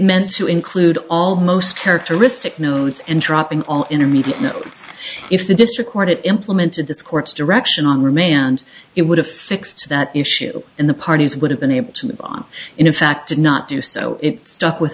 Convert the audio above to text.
meant to include all most characteristic notes and dropping all intermediate notes if the district court implemented this court's direction on remand it would have fixed that issue and the parties would have been able to move on in fact did not do so it stuck with